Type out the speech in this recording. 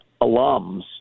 alums